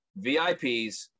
VIPs